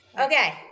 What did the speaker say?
Okay